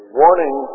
warning